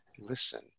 listen